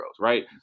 right